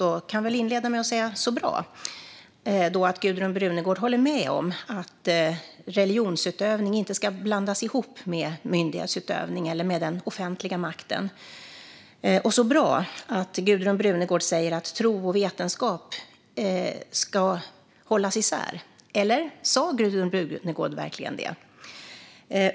Jag kan väl inleda med att säga: Så bra att Gudrun Brunegård håller med om att religionsutövning inte ska blandas ihop med myndighetsutövning eller med den offentliga makten, och så bra att Gudrun Brunegård säger att tro och vetenskap ska hållas isär. Eller sa Gudrun Brunegård verkligen det?